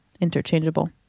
interchangeable